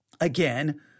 again